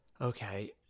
Okay